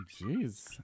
Jeez